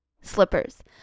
slippers